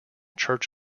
church